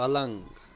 پلنٛگ